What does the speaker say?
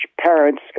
parents